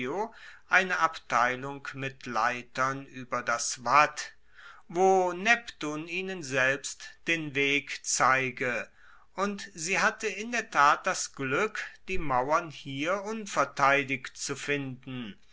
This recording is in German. eine abteilung mit leitern ueber das watt wo neptun ihnen selbst den weg zeige und sie hatte in der tat das glueck die mauern hier unverteidigt zu finden